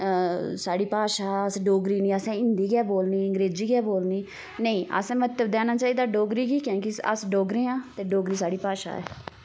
साढ़ी भाशा अस डोगरी निं असैं हिन्दी गै बोलनी अंग्रेजी गै बोलनी नेईं असैं महत्व देना चाहिदा डोगरी गी कैंह् कि अस डोगरे आं ते डोगरी साढ़ी भाशा ऐ